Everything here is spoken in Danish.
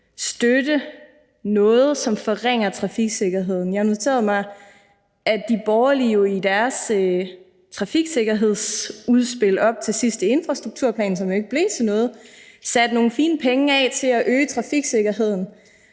støtte noget, som samlet set forringer trafiksikkerheden. Jeg noterede mig, at de borgerlige i deres trafiksikkerhedsudspil op til sidste infrastrukturplan, som jo ikke blev til noget, satte nogle fine penge af til at øge trafiksikkerheden.